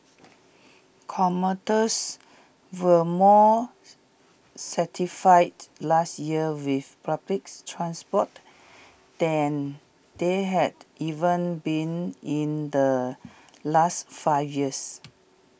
commuters were more satisfied last year with public transport than they had even been in the last five years